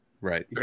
Right